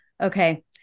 Okay